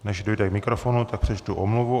Než dojde k mikrofonu, tak přečtu omluvu.